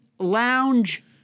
lounge